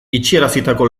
itxiarazitako